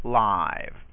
live